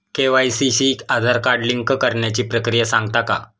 KYC शी Aadhaar card link करण्याची प्रक्रिया सांगता का?